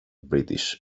british